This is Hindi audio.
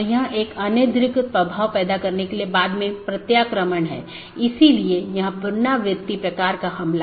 यदि तय अवधी के पूरे समय में सहकर्मी से कोई संदेश प्राप्त नहीं होता है तो मूल राउटर इसे त्रुटि मान लेता है